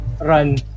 run